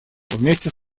вместе